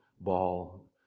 ball